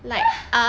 !huh!